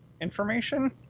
information